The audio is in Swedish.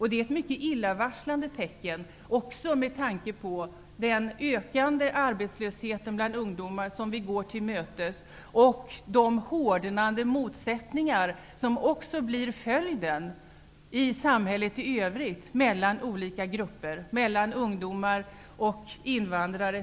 Det är ett mycket illavarslande tecken med tanke på den ökande arbetslöshet bland ungdomar som vi går till mötes och de hårdnande motsättningar som blir följden i samhället i övrigt mellan olika grupper, t.ex. mellan ungdomar och invandrare.